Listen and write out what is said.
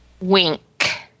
Wink